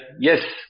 yes